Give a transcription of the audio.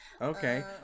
okay